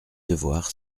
devoir